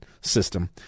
system